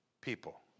people